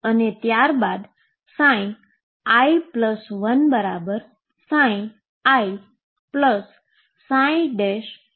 અને ત્યારબાદ i1i Δx સમીકરણ લખી શકીએ છીએ